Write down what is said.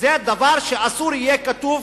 וזה דבר שאסור שיהיה כתוב